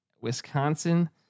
Wisconsin